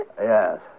Yes